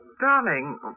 Darling